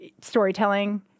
storytelling